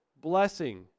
blessing